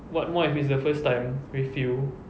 what more if it's the first time with you